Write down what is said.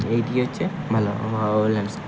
এইটি হচ্ছে ভালো আবহাওয়া ও ল্যান্ডস্কেপ